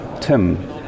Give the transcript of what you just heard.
TIM